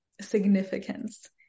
significance